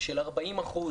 של 40%